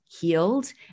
healed